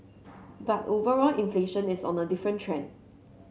but overall inflation is on a different trend